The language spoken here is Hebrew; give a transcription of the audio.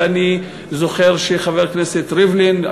ואני זוכר שחבר הכנסת ריבלין,